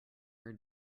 are